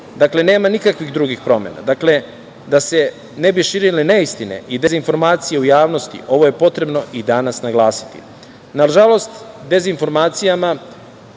Dakle, nema nikakvih drugih promena. Da se ne bi širile neistine i dezinformacije u javnosti, ovo je potrebno i danas naglasiti. Na žalost, dezinformacijama